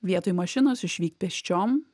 vietoj mašinos išvykt pėsčiom